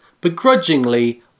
begrudgingly